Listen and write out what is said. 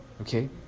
Okay